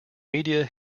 media